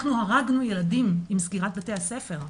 אנחנו הרגנו ילדים עם סגירת בתי הספר.